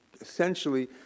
essentially